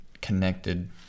connected